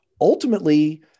ultimately